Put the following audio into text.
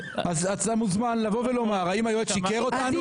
אתה מוזמן לבוא ולומר האם היועץ שיקר אותנו או לא?